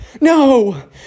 no